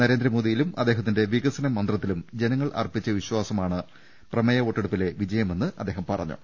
നരേന്ദ്രമോദിയിലും അദ്ദേഹത്തിന്റെ വിക സന മന്ത്രത്തിലും ജനങ്ങൾ അർപ്പിച്ച വിശ്വാസമാണ് പ്രമേയ വോട്ടെടുപ്പിലെ വിജയമെന്ന് അദ്ദേഹം പറഞ്ഞു